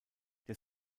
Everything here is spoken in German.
der